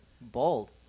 bold